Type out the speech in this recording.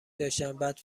داشتن، بعد